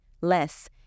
less